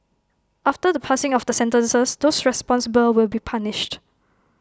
after the passing of the sentences those responsible will be punished